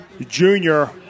junior